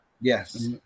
Yes